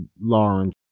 Lawrence